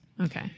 Okay